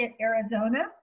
Arizona